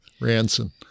Ransom